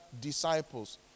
disciples